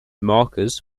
markers